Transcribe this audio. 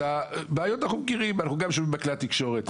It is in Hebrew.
את הבעיות אנחנו מכירים ואנחנו גם שומעים בכלי התקשורת.